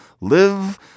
live